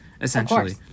essentially